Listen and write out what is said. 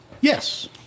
Yes